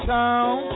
town